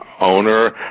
owner